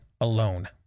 alone